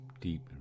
deep